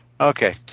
Okay